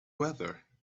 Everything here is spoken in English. weather